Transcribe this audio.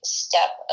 step